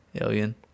Alien